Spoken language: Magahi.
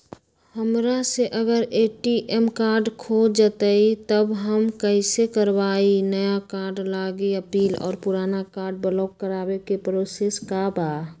हमरा से अगर ए.टी.एम कार्ड खो जतई तब हम कईसे करवाई नया कार्ड लागी अपील और पुराना कार्ड ब्लॉक करावे के प्रोसेस का बा?